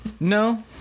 No